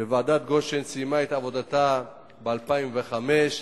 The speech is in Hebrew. וועדת-גושן סיימה את עבודתה ב-2005,